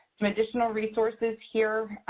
some additional resources here,